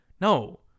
no